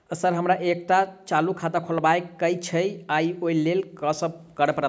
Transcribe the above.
Sir हमरा एकटा चालू खाता खोलबाबह केँ छै ओई लेल की सब करऽ परतै?